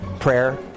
prayer